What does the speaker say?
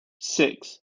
six